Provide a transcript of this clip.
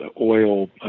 oil